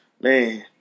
Man